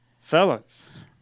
fellas